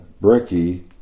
Bricky